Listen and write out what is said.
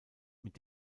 mit